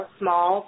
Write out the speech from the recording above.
small